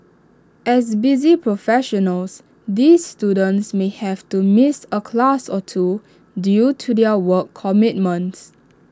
as busy professionals these students may have to miss A class or two due to their work commitments